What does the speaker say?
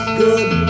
good